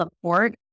support